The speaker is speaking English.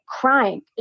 crying